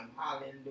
hallelujah